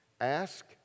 ask